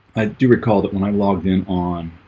i do recall that when i logged in on